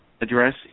address